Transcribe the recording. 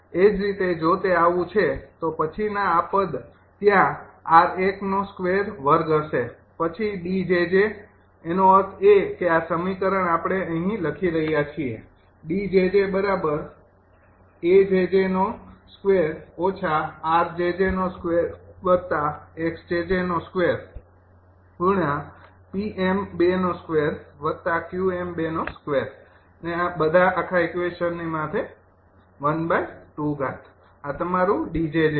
એ જ રીતે જો તે આવું છે તો પછી આ પદ ત્યાં વર્ગ હશે પછી 𝐷 𝑗𝑗 તેનો અર્થ એ કે આ સમીકરણ આપણે અહીં લખી રહ્યા છીએ આ તમારું D𝑗𝑗 છે